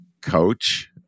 coach